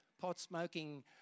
pot-smoking